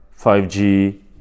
5G